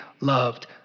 loved